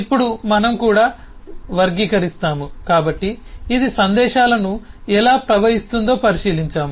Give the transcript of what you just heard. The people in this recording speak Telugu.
ఇప్పుడు మనం కూడా వర్గీకరిస్తాము కాబట్టి ఇది సందేశాలను ఎలా ప్రవహిస్తుందో పరిశీలించాము